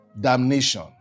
damnation